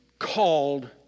called